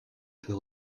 peut